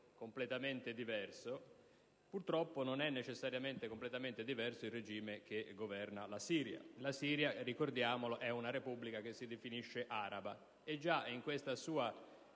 completamente diverso ma, purtroppo, non è necessariamente diverso il regime che governa la Siria, Paese che, ricordiamolo, è una Repubblica che si definisce araba, e già questa sua